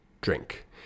drink